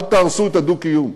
אל תהרסו את הדו-קיום.